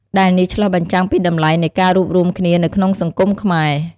ដែលនេះឆ្លុះបញ្ចាំងពីតម្លៃនៃការរួបរួមគ្នានៅក្នុងសង្គមខ្មែរ។